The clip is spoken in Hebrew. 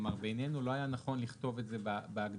כלומר בינינו לא היה נכון לכתוב את בהגדרה,